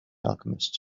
alchemist